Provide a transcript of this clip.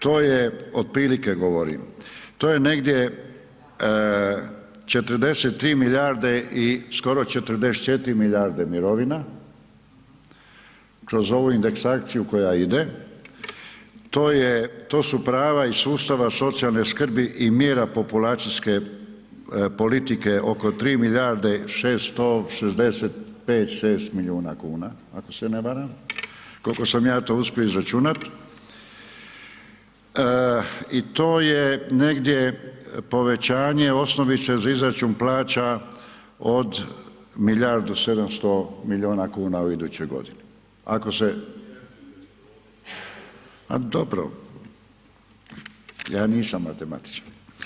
To je otprilike govorim, to je negdje 43 milijarde, skoro 44 milijarde mirovina, kroz ovu indeksaciju koja ide, to su prava iz sustava socijalne skrbi i mjera populacijske politike oko 3 milijarde 665, šest milijuna kuna, ako se ne varam, koliko sam ja to uspio izračunat i to je negdje povećanje osnovice za izračun plaća od milijardu 700 milijuna kuna u idućoj godini ako se …… [[Upadica sa strane, ne razumije se.]] A dobro, ja nisam matematičar.